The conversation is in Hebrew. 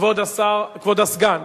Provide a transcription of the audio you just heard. כבוד הסגן.